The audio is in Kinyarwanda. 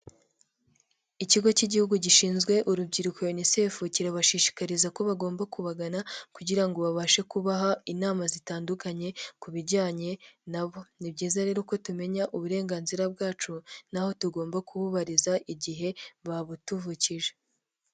Ikigo cy'igihugu gishinzwe urubyiruko UNICEF kirabashishikariza ko bagomba kubagana kugira ngo babashe kubaha inama zitandukanye ku bijyanye na bo, ni byiza rero ko tumenya uburenganzira bwacu, naho tugomba kububariza igihe babutuvukije.